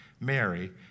Mary